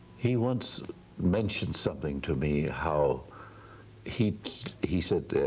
he once mentioned something to me how he he said,